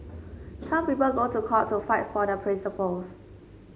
some people go to court to fight for their principles